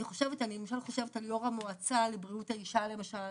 אני למשל חושבת על יו"ר המעוצה לבריאות האישה למשל,